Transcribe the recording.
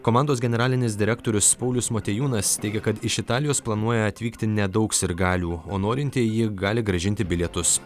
komandos generalinis direktorius paulius motiejūnas teigia kad iš italijos planuoja atvykti nedaug sirgalių o norintieji gali grąžinti bilietus